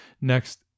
next